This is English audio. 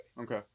Okay